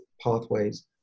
pathways